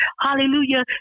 Hallelujah